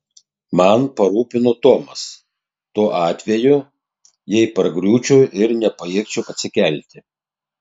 man parūpino tomas tuo atveju jei pargriūčiau ir nepajėgčiau atsikelti